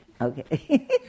Okay